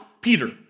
Peter